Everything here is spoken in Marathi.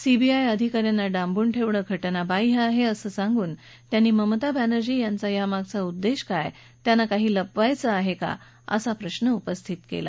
सीबीआय अधिका यांना डांबून ठेवणं घटनाबाह्य आहे असं सांगून त्यांनी ममता बॅनर्जी यांचा यामागचा उद्देश काय त्यांना काही लपवायचं आहे काय असा प्रश्न उपस्थित केला